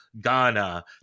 Ghana